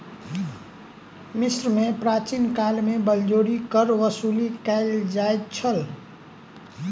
मिस्र में प्राचीन काल में बलजोरी कर वसूली कयल जाइत छल